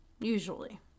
Usually